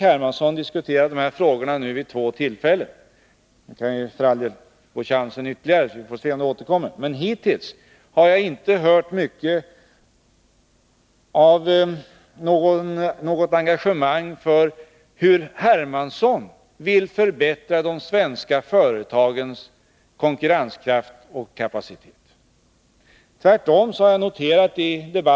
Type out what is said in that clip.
Hermansson diskutera de här frågorna måste jag säga — han kan för all del få chansen en gång till, så får vi se om det omdömet håller — att jag inte märkt något av engagemang hos C.-H. Hermansson för att förbättra de svenska företagens konkurrenskraft och kapacitet. Hur vill C.-H. Hermansson åstadkomma det?